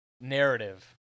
narrative